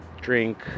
drink